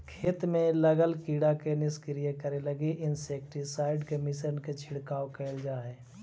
खेत में लगल कीड़ा के निष्क्रिय करे लगी इंसेक्टिसाइट्स् के मिश्रण के छिड़काव कैल जा हई